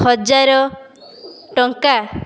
ହଜାର ଟଙ୍କା